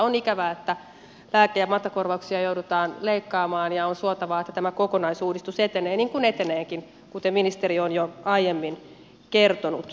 on ikävää että lääke ja matkakorvauksia joudutaan leikkaamaan ja on suotavaa että tämä kokonaisuudistus etenee niin kuin eteneekin kuten ministeri on jo aiemmin kertonut